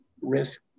risk